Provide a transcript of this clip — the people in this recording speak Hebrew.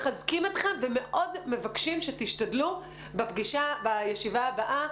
מחזקים אתכם ומאוד מבקשים שתשתדלו בישיבה הבאה